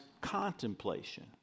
contemplation